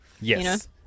Yes